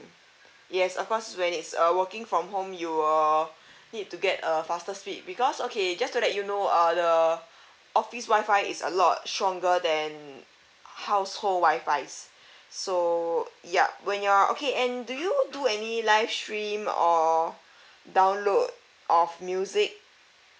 yes of course when it's err working from home you will need to get a faster speed because okay just to let you know the uh office wifi is a lot stronger than household wifis so yup when you are okay and do you do any live stream or download of music